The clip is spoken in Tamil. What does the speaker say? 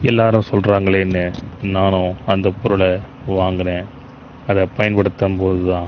எல்லோரும் சொல்றாங்களேன்னு நானும் அந்த பொருளை வாங்கினேன் அதை பயன்படுத்தம்போது தான்